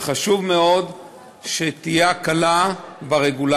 וחשוב מאוד שתהיה הקלה ברגולציה,